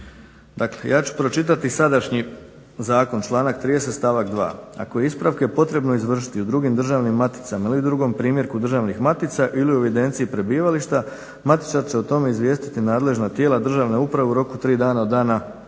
ja ću pročitati sadašnji zakon, članak 30. stavak 2.: "Ako je ispravke potrebno izvršiti u drugim državnim maticama ili drugom primjerku državnih matica ili u evidenciji prebivališta matičar će o tome izvijestiti nadležna tijela državne uprave u roku od 3 dana od dana